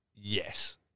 Yes